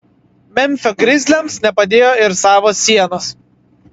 memfio grizliams nepadėjo ir savos sienos